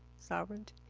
sovereignty.